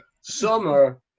summer